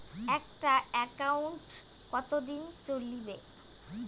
একটা একাউন্ট কতদিন চলিবে?